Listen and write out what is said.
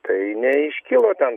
tai neiškilo ten